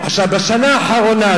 בשנה האחרונה,